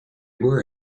were